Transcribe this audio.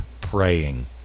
praying